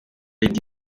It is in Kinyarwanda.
lady